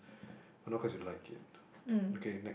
or not cause you like it okay next